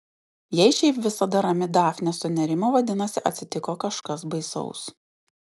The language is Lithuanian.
jei šiaip visada rami dafnė sunerimo vadinasi atsitiko kažkas baisaus